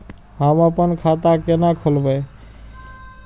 हम आपन खाता केना खोलेबे?